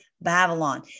Babylon